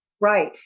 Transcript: Right